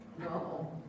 No